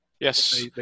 Yes